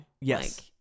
yes